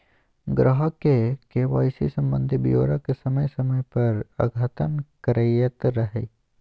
ग्राहक के के.वाई.सी संबंधी ब्योरा के समय समय पर अद्यतन करैयत रहइ